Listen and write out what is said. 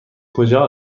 کجا